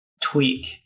tweak